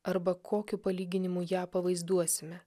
arba kokiu palyginimu ją pavaizduosime